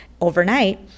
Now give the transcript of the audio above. overnight